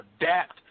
adapt